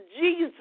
Jesus